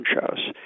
shows